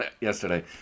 yesterday